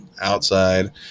outside